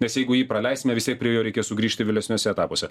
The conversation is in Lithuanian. nes jeigu jį praleisime vis tiek prie jo reikės sugrįžti vėlesniuose etapuose